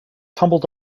tumbled